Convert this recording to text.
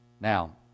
Now